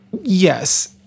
Yes